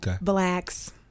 blacks